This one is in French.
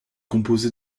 composé